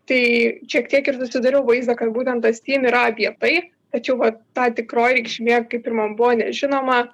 tai šiek tiek ir susidariau vaizdą kad būtent tas stim yra apie tai tačiau vat ta tikroji reikšmė kaip ir man buvo nežinoma